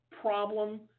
problem